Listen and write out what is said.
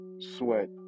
sweat